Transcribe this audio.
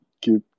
keep